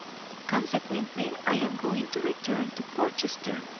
consequently i am going to return to portchester,